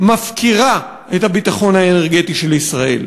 מפקירה את הביטחון האנרגטי של ישראל.